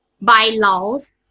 bylaws